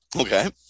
Okay